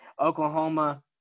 Oklahoma